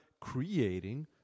creating